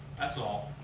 that's all.